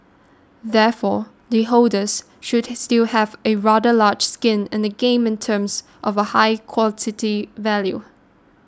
therefore the holders should still have a rather large skin in the game in terms of a high quality value